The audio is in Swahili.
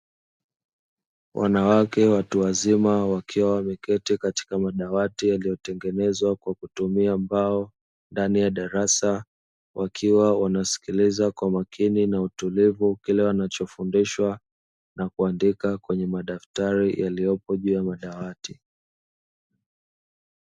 Wanawake watu wazima wakiwa wameketi katika madawati yaliyotengenezwa kwa kutumia mbao, ndani ya darasa wakiwa wanasikiliza kwa umakini na utulivu kile wanachofundishwa na kuandika kwenye madaftari yaliyopo juu ya madawati.